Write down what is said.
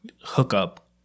hookup